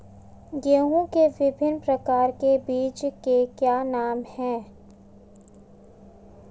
गेहूँ के विभिन्न प्रकार के बीजों के क्या नाम हैं?